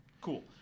Cool